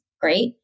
great